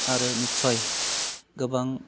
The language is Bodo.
आरो निस्सय गोबां